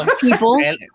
people